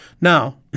Now